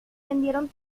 vendieron